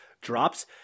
drops